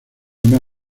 una